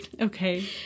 Okay